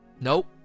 nope